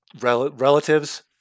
relatives